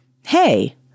Hey